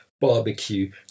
barbecue